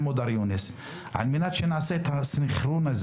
מודר יונס על מנת שנעשה את הסנכרון.